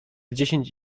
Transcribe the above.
dziesięć